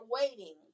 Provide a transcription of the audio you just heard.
waiting